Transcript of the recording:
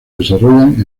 desarrollan